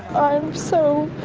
i'm so